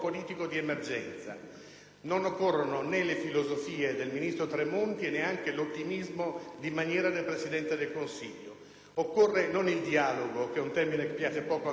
Non occorrono né le filosofie del ministro Tremonti e neanche l'ottimismo di maniera del Presidente del Consiglio. Occorre non il dialogo, termine che piace poco anche a me, ma il confronto,